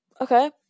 Okay